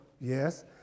yes